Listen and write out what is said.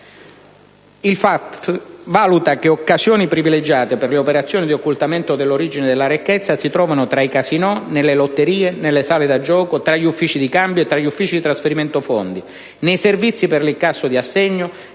force*) valuta che occasioni privilegiate per le operazioni di occultamento dell'origine della ricchezza si trovino tra i casinò, nelle lotterie, nelle sale da gioco, tra gli uffici di cambio e tra gli uffici di trasferimento fondi, nei servizi per l'incasso di assegni,